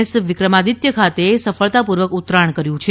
S Vikramaditya ખાતે સફળતા પૂર્વક ઉતરાણ કર્યુ છે